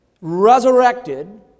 resurrected